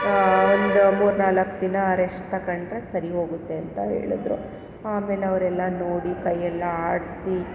ಒಂದು ಮೂರು ನಾಲ್ಕು ದಿನ ರೆಸ್ಟ್ ತಗೊಂಡ್ರೆ ಸರಿ ಹೋಗುತ್ತೆ ಅಂತ ಹೇಳಿದ್ರು ಆಮೇಲೆ ಅವರೆಲ್ಲ ನೋಡಿ ಕೈಯ್ಯೆಲ್ಲ ಆಡಿಸಿ